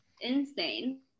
insane